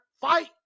fight